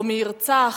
או מי ירצח.